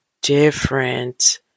different